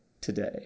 today